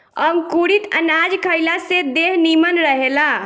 अंकुरित अनाज खइला से देह निमन रहेला